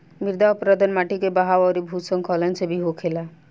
मृदा अपरदन माटी के बहाव अउरी भूखलन से भी होखेला